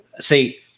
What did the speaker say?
See